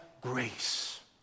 grace